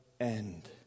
end